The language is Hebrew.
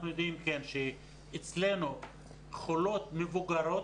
אנחנו יודעים שאצלנו חולות מבוגרות,